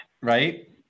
right